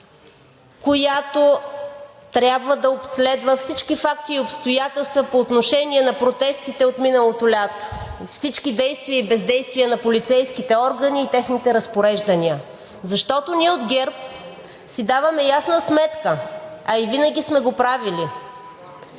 която трябва да обследва всички факти и обстоятелства по отношение на протестите от миналото лято, всички действия и бездействия на полицейските органи и техните разпореждания. Защото ние от ГЕРБ си даваме ясна сметка, а и винаги сме го правили,